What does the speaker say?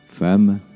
fama